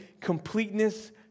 completeness